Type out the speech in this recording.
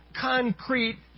concrete